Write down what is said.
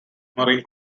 marine